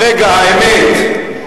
ברגע האמת,